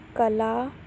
ਕਲਾ